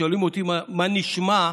כששואלים אותי: מה נשמע,